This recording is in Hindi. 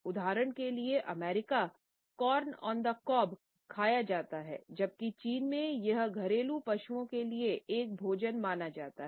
उदाहरण के लिए सीवीड खाया जाता है जबकि चीन में यह घरेलू पशुओं के लिए एक भोजन माना जाता है